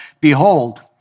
Behold